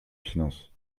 finances